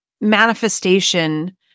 manifestation